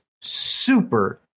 super